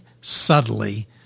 subtly